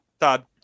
Todd